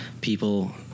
people